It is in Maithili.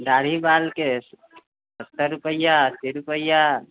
दाढ़ी बालके सत्तरि रुपैआ अस्सी रुपैआ